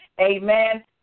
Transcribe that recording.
amen